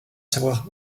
savoir